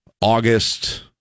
August